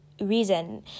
reason